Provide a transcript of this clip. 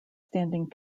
standing